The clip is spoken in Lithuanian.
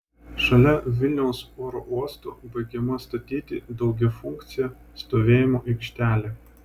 šalia vilniaus oro uosto baigiama statyti daugiafunkcė stovėjimo aikštelė